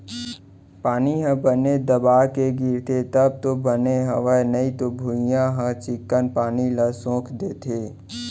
पानी ह बने दबा के गिरथे तब तो बने हवय नइते भुइयॉं ह चिक्कन पानी ल सोख देथे